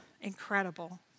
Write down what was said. incredible